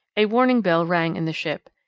a warning bell rang in the ship.